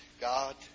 God